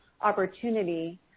opportunity